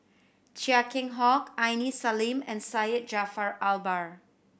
Chia Keng Hock Aini Salim and Syed Jaafar Albar